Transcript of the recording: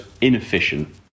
inefficient